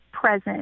present